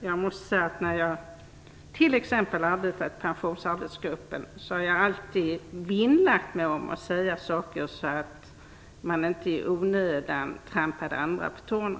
Jag måste säga att jag, t.ex. när jag arbetade i Pensionsarbetsgruppen, alltid vinnlade mig om att säga saker på ett sådant sätt att jag inte i onödan trampade andra på tårna.